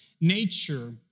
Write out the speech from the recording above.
nature